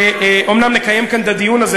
אומנם נקיים כאן את הדיון הזה,